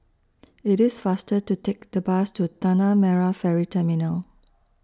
IT IS faster to Take The Bus to Tanah Merah Ferry Terminal